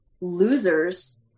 losers